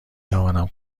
توانم